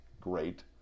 great